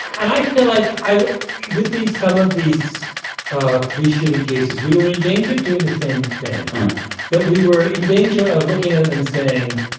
and i feel like i with these some of these ah police shooting cases, we were in danger of doing the same thing that we were in danger of looking at them and saying,